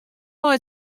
mei